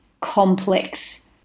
complex